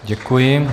Děkuji.